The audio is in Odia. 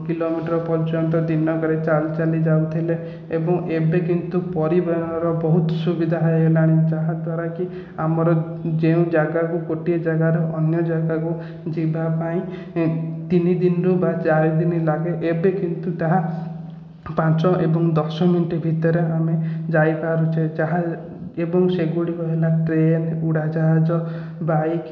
କିଲୋମିଟର୍ ପର୍ଯ୍ୟନ୍ତ ଦିନକରେ ଚାଲି ଚାଲି ଯାଉଥିଲେ ଏବଂ ଏବେ କିନ୍ତୁ ପରିବହନର ବହୁତ ସୁବିଧା ହେଇଗଲାଣି ଯାହାଦ୍ଵାରା କି ଆମର ଯେଉଁ ଜାଗାକୁ ଗୋଟିଏ ଜାଗାରୁ ଅନ୍ୟ ଜାଗାକୁ ଯିବା ପାଇଁ ତିନି ଦିନରୁ ବା ଚାରି ଦିନ ଲାଗେ ଏବେ କିନ୍ତୁ ତାହା ପାଞ୍ଚ ଏବଂ ଦଶ ମିନିଟ୍ ଭିତରେ ଆମେ ଯାଇପାରୁଛେ ଯାହା ଏବଂ ସେଗୁଡ଼ିକ ହେଲା ଟ୍ରେନ୍ ଉଡ଼ାଜାହାଜ ବାଇକ୍